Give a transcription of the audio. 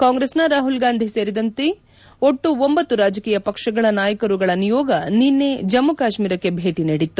ಕಾಂಗ್ರೆಸ್ನ ರಾಹುಲ್ ಗಾಂಧಿ ಸೇರಿದಂತೆ ಒತ್ತು ಒಂಬತ್ತು ರಾಜಕೀಯ ಪಕ್ಷಗಳ ನಾಯಕರುಗಳ ನಿಯೋಗ ನಿನ್ನೆ ಜಮ್ಮ ಕಾಶ್ಮೀರಕ್ಕೆ ಭೇಟಿ ನೀಡಿತ್ತು